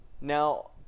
Now